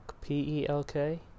P-E-L-K